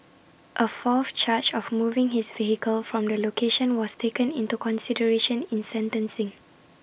A fourth charge of moving his vehicle from the location was taken into consideration in sentencing